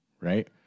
right